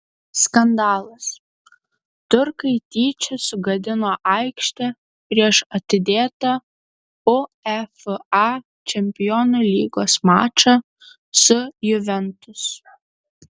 skandalas turkai tyčia sugadino aikštę prieš atidėtą uefa čempionų lygos mačą su juventus